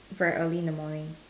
for early in the morning